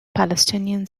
palestinian